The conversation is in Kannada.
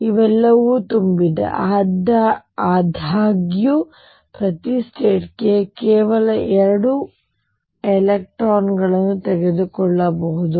ಇವೆಲ್ಲವೂ ತುಂಬಿವೆ ಆದಾಗ್ಯೂ ಪ್ರತಿ ಸ್ಟೇಟ್ ಗೆ ಕೇವಲ 2 ಎಲೆಕ್ಟ್ರಾನ್ಗಳನ್ನು ತೆಗೆದುಕೊಳ್ಳಬಹುದು